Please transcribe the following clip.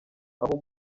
aho